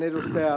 tähän ed